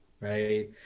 right